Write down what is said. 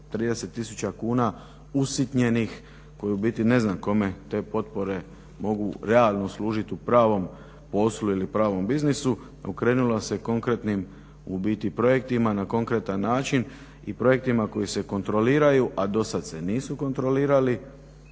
tisuća kuna usitnjenih koje u biti ne znam kome te potpore mogu realno služiti u pravom poslu ili pravom biznisu okrenula se konkretnim u biti projektima na konkretan način i projektima koji se kontroliraju, a do sada se nisu kontrolirali